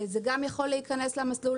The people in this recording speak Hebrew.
זה גם יכול להכנס למסלול.